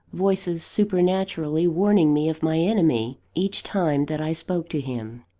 voices supernaturally warning me of my enemy, each time that i spoke to him.